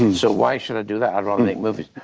and so why should i do that? i'd rather make movies.